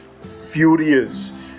furious